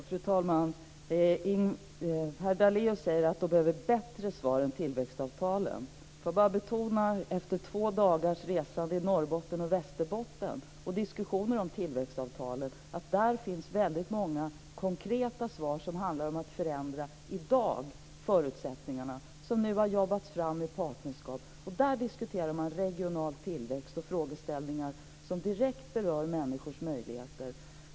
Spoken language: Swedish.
Fru talman! Herr Daléus säger att det behövs ett bättre svar än en hänvisning till tillväxtavtalen. Låt mig bara efter två dagars resa i Norrbotten och Västerbotten och diskussioner om tillväxtavtalen säga att det i de avtalen finns väldigt många konkreta förslag som handlar om att i dag förändra de förutsättningar som nu gäller. I de avtal som har jobbats fram i partnerskap diskuterar man regional tillväxt och frågeställningar som direkt berör människors möjligheter.